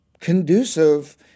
conducive